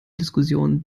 diskussionen